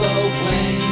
away